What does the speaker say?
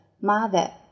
Mother